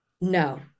No